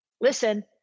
listen